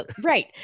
Right